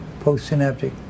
postsynaptic